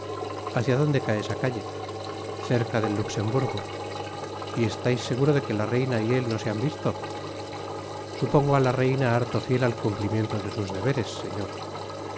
hácia donde cae esa calle cerca del luxeinburgo y estais seguro de que la reina y él no se han visto supongo á la reina harto fiel al cumplimiento de sus deberes señpr